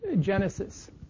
Genesis